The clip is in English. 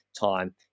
time